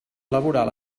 laboral